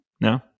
no